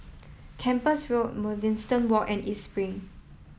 Kempas Road Mugliston Walk and East Spring